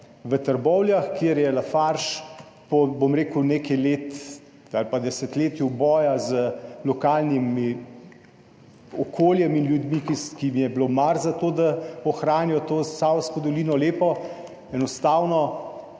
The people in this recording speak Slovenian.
v Trbovljah, kjer Lafarge po nekaj letih ali pa desetletju boja z lokalnim okoljem in ljudmi, ki jim je bilo mar za to, da ohranijo savsko dolino lepo, enostavno